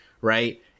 right